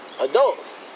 Adults